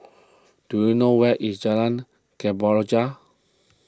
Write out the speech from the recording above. do you know where is Jalan Kemborja